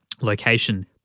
location